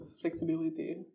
flexibility